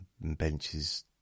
Benches